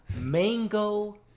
mango